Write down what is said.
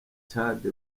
tchad